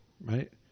right